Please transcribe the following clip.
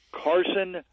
Carson